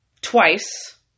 twice